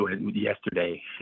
yesterday